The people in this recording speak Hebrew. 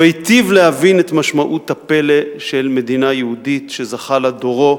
הוא היטיב להבין את משמעות הפלא של מדינה יהודית שזכה לה דורו,